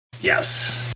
yes